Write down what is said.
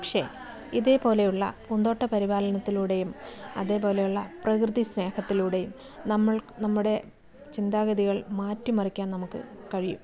പക്ഷേ ഇതേപോലെയുള്ള പൂന്തോട്ട പരിപാലത്തിലൂടെയും അതേപോലെയുള്ള പ്രകൃതി സ്നേഹത്തിലൂടെയും നമ്മൾ നമ്മുടെ ചിന്താഗതികൾ മാറ്റി മറിക്കാൻ നമുക്ക് കഴിയും